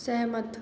सहमत